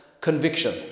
conviction